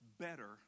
better